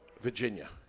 Virginia